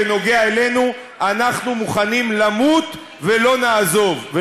בנוגע אלינו אנחנו מוכנים למות ולא לעזוב.